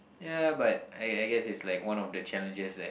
ya but I I guess it's like one of the challenges that